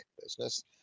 business